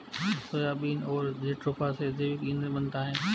soybean और jatropha से जैविक ईंधन बनता है